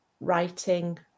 writing